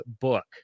book